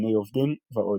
ארגוני עובדים ועוד.